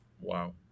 Wow